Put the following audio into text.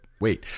Wait